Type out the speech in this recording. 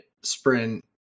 sprint